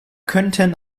könnten